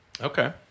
Okay